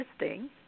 interesting